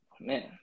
man